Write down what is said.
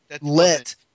let